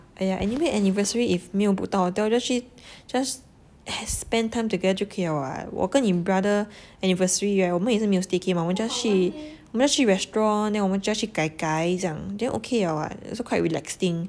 !aiya! anyway anniversary if 没有 book 到 then just 去 just has spend time together 就可以了 [what] 我跟你 brother anniversary hor 我们也是没有 staycay mah 我们 just 去我们去 restaurant then 我们 just 去 gai gai 这样 then okay liao [what] also quite relaxing